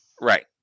Right